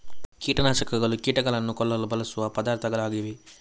ಕೀಟ ನಾಶಕಗಳು ಕೀಟಗಳನ್ನು ಕೊಲ್ಲಲು ಬಳಸುವ ಪದಾರ್ಥಗಳಾಗಿವೆ